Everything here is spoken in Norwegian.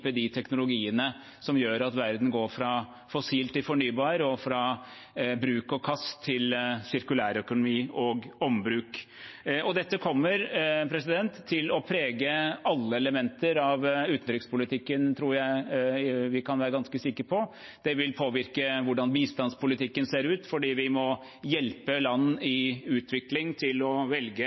de teknologiene som gjør at verden går fra fossil til fornybar og fra bruk og kast til sirkulærøkonomi og ombruk. Dette kommer til å prege alle elementer av utenrikspolitikken, tror jeg vi kan være ganske sikre på. Det vil påvirke hvordan bistandspolitikken ser ut, fordi vi må hjelpe land i utvikling til å velge